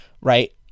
right